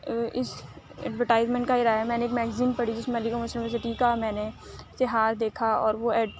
اِس اڈورٹائزمنٹ کا ہی رہا ہے میں نے ایک میگزین پڑھی جس میں علی گڑھ مسلم یونیورسٹی کا میں نے اشتہار دیکھا اور وہ ایڈ